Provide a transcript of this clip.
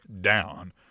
down